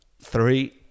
Three